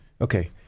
Okay